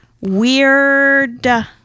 weird